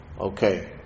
okay